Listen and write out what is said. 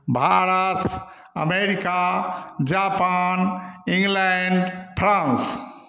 Bharat America Japan England France